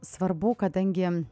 svarbu kadangi